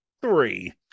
three